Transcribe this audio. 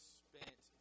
spent